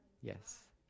Yes